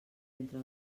entre